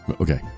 Okay